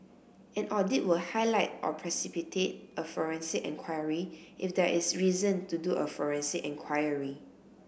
an audit will highlight or precipitate a forensic enquiry if there is reason to do a forensic enquiry